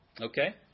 Okay